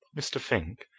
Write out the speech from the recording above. mr. fink,